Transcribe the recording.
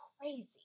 crazy